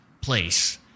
place